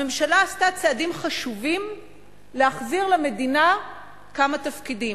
הממשלה עשתה צעדים חשובים להחזיר למדינה כמה תפקידים,